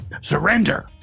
Surrender